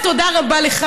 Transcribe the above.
תודה רבה לך